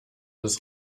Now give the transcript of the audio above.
des